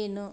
ಏನು